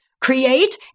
Create